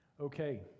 Okay